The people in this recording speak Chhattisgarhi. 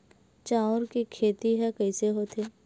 चांउर के खेती ह कइसे होथे?